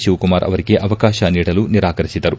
ಶಿವಕುಮಾರ್ ಅವರಿಗೆ ಅವಕಾಶ ನೀಡಲು ನಿರಾಕರಿಸಿದರು